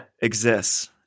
exists